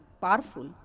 powerful